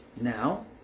Now